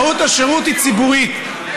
מהות השירות היא ציבורית,